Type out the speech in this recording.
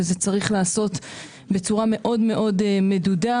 וזה צריך להיעשות בצורה מאוד מאוד מדודה.